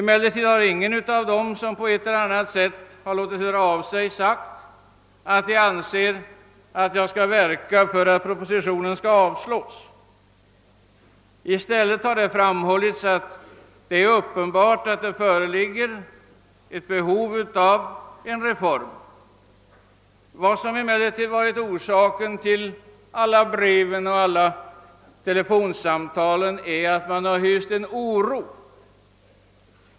Men inte någon av dem som har hört av sig har sagt sig anse att jag skall verka för att propositionen skall avslås. I stället har man framhållit att det uppenbarligen föreligger behov av en reform. Men orsaken till alla brev och telefonsamtal ligger i den oro man hyser.